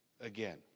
again